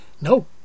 no